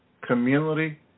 community